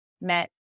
met